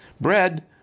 Bread